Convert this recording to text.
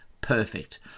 Perfect